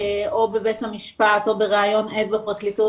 או בבית המשפט או בראיון עד בפרקליטות,